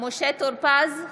משה טור פז,